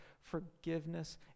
forgiveness